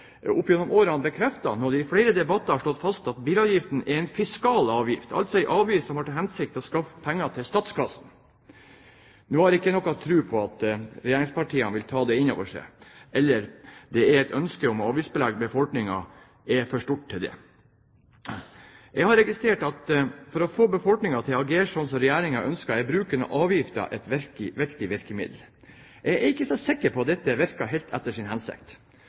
gjennom årene bekreftet når de i flere debatter har slått fast at bilavgiften er en fiskal avgift, altså en avgift som har til hensikt å skaffe penger til statskassen. Nå har jeg ikke noen tro på at regjeringspartiene vil ta det inn over seg – ønsket om å avgiftsbelegge befolkningen er for stort til det. Jeg har registrert at for å få befolkningen til å agere sånn som Regjeringen ønsker, er bruken av avgifter et viktig virkemiddel. Jeg er ikke så sikker på at dette virker helt etter sin hensikt.